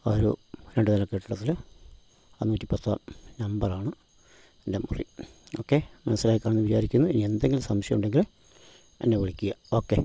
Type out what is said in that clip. ഒരു രണ്ടുനില കെട്ടിടത്തില് അഞ്ഞൂറ്റി പത്താം നമ്പറാണ് എൻ്റെ മുറി ഓക്കെ മനസ്സിലായി കാണുമെന്ന് വിചാരിക്കുന്നു ഇനി എന്തെങ്കിലും സംശയം ഉണ്ടെങ്കില് എന്നെ വിളിക്കുക ഓക്കെ